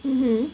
mmhmm